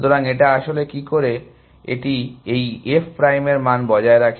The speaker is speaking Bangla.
সুতরাং এটা আসলে কি করে এটি এই f প্রাইম এর মান বজায় রাখে